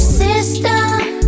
system